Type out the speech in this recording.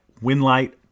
Winlight